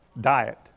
Diet